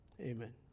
Amen